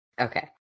Okay